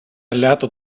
alleato